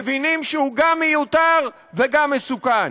מבינים שהוא גם מיותר וגם מסוכן.